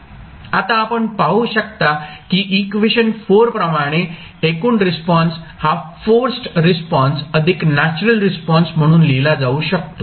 आता आपण पाहू शकता की इक्वेशन प्रमाणे एकूण रिस्पॉन्स हा फोर्सड रिस्पॉन्स अधिक नॅचरल रिस्पॉन्स म्हणून लिहिला जाऊ शकतो